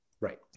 Right